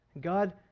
God